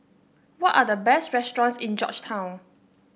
what are the best restaurants in Georgetown